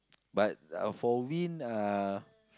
but uh for wind uh